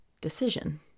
decision